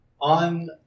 on